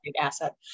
asset